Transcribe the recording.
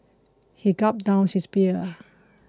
he gulped down his beer